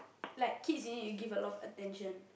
like kids you need to give a lot of attention